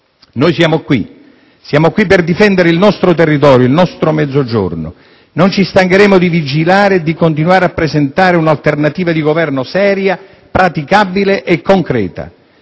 Noi siamo qui. Siamo qui per difendere il nostro territorio, il nostro Mezzogiorno. Non ci stancheremo di vigilare e di continuare a presentare un'alternativa di Governo seria, praticabile e concreta.